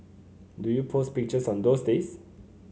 do you post pictures on those days